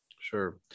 sure